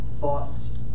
thoughts